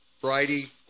Friday